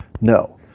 No